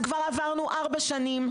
זה לא אמור לקחת ארבע שנים,